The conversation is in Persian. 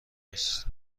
است